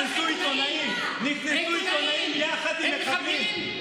נכנסו עיתונאים, נכנסו עיתונאים יחד עם מחבלים.